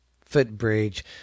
footbridge